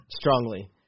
strongly